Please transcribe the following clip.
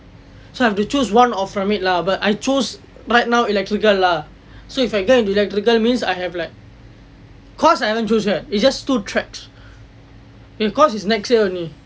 so I have to choose one of from it lah but I chose right now electrical lah so if I get into electrical means I have like course I haven't choose yet just two tracks course is next year only